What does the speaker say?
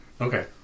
Okay